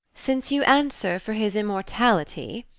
since you answer for his immortality